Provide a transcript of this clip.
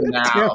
now